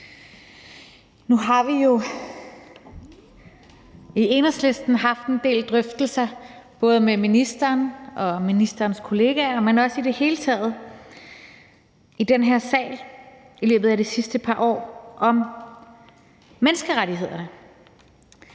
Nu har vi jo i Enhedslisten haft en del drøftelser både med ministeren og med ministerens kolleger, men også i det hele taget i den her sal i løbet af de sidste par år, om menneskerettighederne.